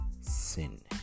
sin